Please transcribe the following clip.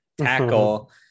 tackle